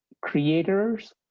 creators